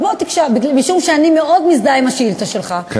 משום שאני מאוד מזדהה עם השאילתה שלך,